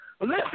Listen